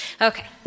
Okay